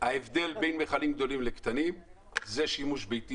ההבדל בין מכלים גדולים וקטנים זה שימוש ביתי,